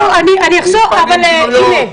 הנה,